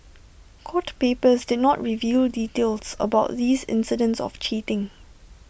court papers did not reveal details about these incidents of cheating